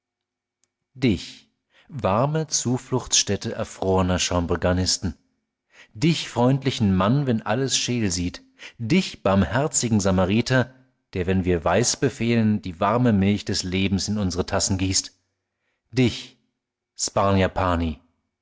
dich warme zufluchtsstätte erfrorner chambregarnisten dich freundlichen mann wenn alles scheel sieht dich barmherzigen samariter der wenn wir weiß befehlen die warme milch des lebens in unsre tassen gießt dich